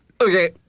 Okay